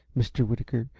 mr. whitaker,